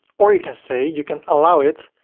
or you can say, you can allow it,